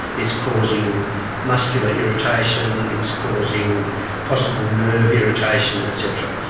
it's causing muscular irritation, it's causing possible nerve irritation et cetera.